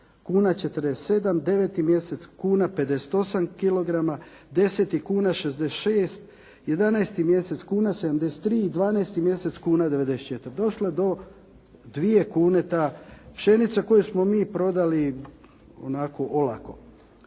kuna 47, 9. mjesec kuna 58 kg, 10. kuna 66, 11. mjesec kuna 73, 12. mjesec kuna 94., došlo je do 2 kune ta pšenica koju smo mi prodali, onako olako.